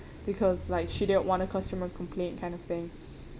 because like she didn't want a customer complaint kind of thing